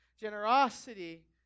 Generosity